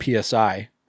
PSI